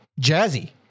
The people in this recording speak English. jazzy